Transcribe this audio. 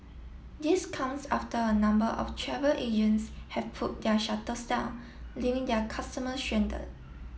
this comes after a number of travel agents have pulled their shutters down leaving their customer stranded